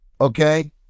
Okay